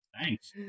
thanks